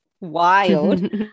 wild